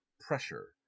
pressure